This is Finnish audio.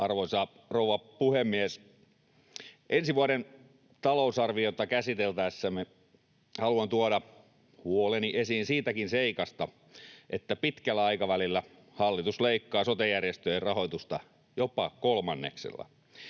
Arvoisa rouva puhemies! Ensi vuoden talousarviota käsiteltäessä haluan tuoda huoleni esiin siitäkin seikasta, että pitkällä aikavälillä hallitus leikkaa sotejärjestöjen rahoitusta jopa kolmanneksella,